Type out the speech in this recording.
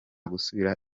gusubira